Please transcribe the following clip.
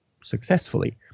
successfully